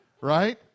Right